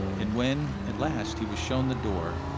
and when at last he was shown the door,